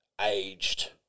aged